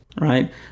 right